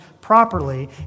properly